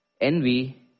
envy